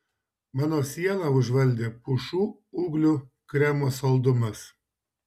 mano sielą užvaldė pušų ūglių kremo saldumas